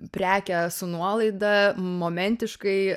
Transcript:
prekę su nuolaida momentiškai